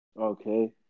okay